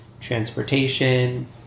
transportation